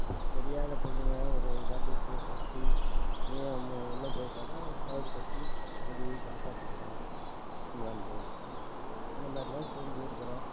அப்படி தெரியாது பிள்ளைங்க ஒருவாட்டி கு குதித்து நீயும் மோ உள்ள போயிட்டாக்க ஒரு கயிறு கட்டி அப்படி காப்பாத்திருக்கிறோம் இட்டுனு வந்து அந்த மாதிரில்லாம் செஞ்சு இருக்கிறோம்